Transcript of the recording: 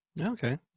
Okay